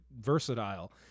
versatile